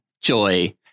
Joy